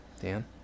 dan